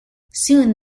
soon